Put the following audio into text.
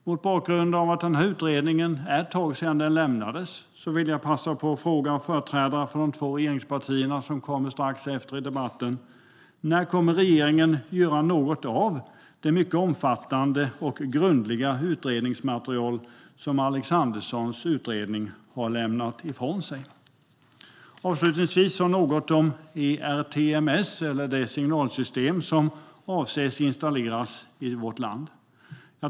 Mot bakgrund av att det är ett tag sedan utredningsmaterialet lämnades vill jag fråga företrädare för de två regeringspartierna som kommer strax efter mig i debatten: När kommer regeringen att göra något av det mycket omfattande och grundliga utredningsmaterial som Alexanderssons utredning har lämnat ifrån sig? Avslutningsvis vill jag säga något om ERTMS, alltså det signalsystem som avses installeras i vårt land.